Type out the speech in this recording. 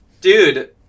Dude